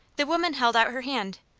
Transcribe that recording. the woman held out her hand.